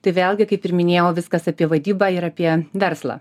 tai vėlgi kaip ir minėjau viskas apie vadybą ir apie verslą